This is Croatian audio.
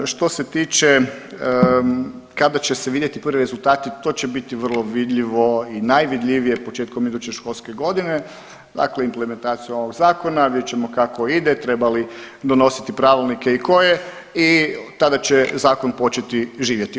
Što se tiče kada će se vidjeti prvi rezultati, to će biti vrlo vidljivo i najvidljivije početkom iduće školske godine, dakle implementaciju ovog Zakona, vidjet ćemo kako ide, treba li donositi pravilnike i koje i tada će zakon početi živjeti.